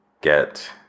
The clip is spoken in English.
get